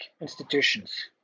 institutions